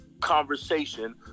conversation